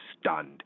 stunned